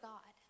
God